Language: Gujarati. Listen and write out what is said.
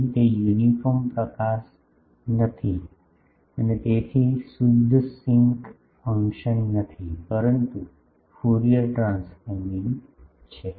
અહીં તે યુનિફોર્મ પ્રકાશ નહોતી અને તેથી તે શુદ્ધ સિંક ફંક્શન નથી પરંતુ ફ્યુરિયર ટ્રાન્સફોર્મિંગ છે